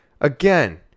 again